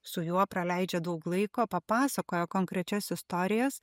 su juo praleidžia daug laiko papasakoja konkrečias istorijas